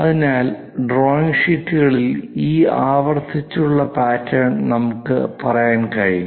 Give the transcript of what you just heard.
അതിനാൽ ഡ്രോയിംഗ് ഷീറ്റുകളിൽ ഈ ആവർത്തിച്ചുള്ള പാറ്റേൺ നമുക്ക് പറയാൻ കഴിയും